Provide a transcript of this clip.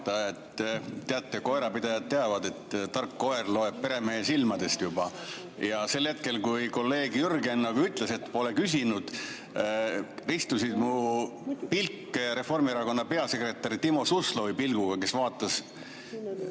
Teate, koerapidajad teavad, et tark koer loeb peremehe silmadest juba. Sel hetkel, kui kolleeg Jürgen ütles, et pole küsinud, ristus mu pilk Reformierakonna peasekretäri Timo Suslovi pilguga, kes vaatas